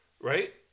Right